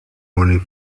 morning